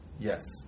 Yes